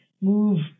move